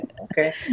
Okay